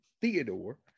Theodore